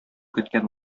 көткән